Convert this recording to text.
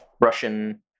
Russian